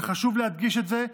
וחשוב להדגיש את זה,